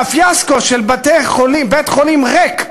והפיאסקו של בית-חולים ריק,